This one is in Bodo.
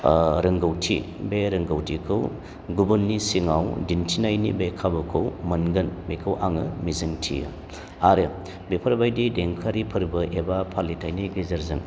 रोंगौथि बे रोंगौथिखौ गुबुननि सिगाङाव दिनथिनायनि बे खाबुखौ मोनगोन बेखौ आङो मिजिं थियो आरो बेफोरबायदि देंखोआरि फोरबो एबा फालिथायनि गेजेरजों